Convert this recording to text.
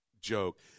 joke